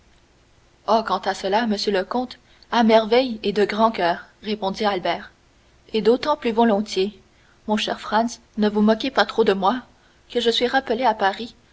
oh quant à cela monsieur le comte à merveille et de grand coeur répondit albert et d'autant plus volontiers mon cher franz ne vous moquez pas trop de moi que je suis rappelé à paris